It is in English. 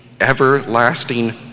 everlasting